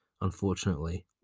unfortunately